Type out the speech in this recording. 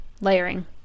Layering